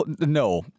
No